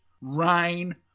rain